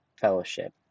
fellowship